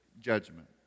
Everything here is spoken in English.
judgment